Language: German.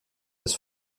des